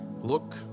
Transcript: look